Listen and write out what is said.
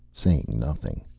saying nothing.